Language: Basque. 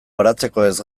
baratzekoez